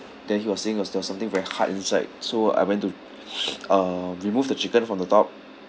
then he was saying it was there was something very hard inside so I went to uh remove the chicken from the top